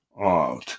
out